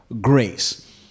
Grace